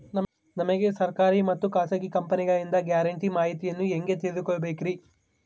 ನಮಗೆ ಸರ್ಕಾರಿ ಮತ್ತು ಖಾಸಗಿ ಕಂಪನಿಗಳಿಂದ ಗ್ಯಾರಂಟಿ ಮಾಹಿತಿಯನ್ನು ಹೆಂಗೆ ತಿಳಿದುಕೊಳ್ಳಬೇಕ್ರಿ?